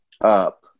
up